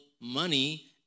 money